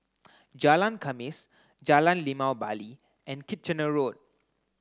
Jalan Khamis Jalan Limau Bali and Kitchener Road